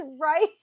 right